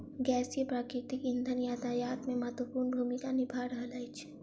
गैसीय प्राकृतिक इंधन यातायात मे महत्वपूर्ण भूमिका निभा रहल अछि